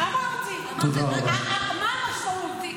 אמרתי, מה המשמעות?